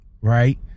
right